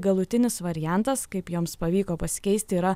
galutinis variantas kaip joms pavyko pasikeisti yra